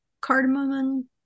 cardamom